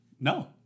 No